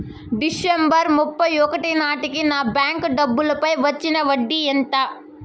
December ముప్పై ఒకటి నాటేకి నా బ్యాంకు డబ్బుల పై వచ్చిన వడ్డీ ఎంత?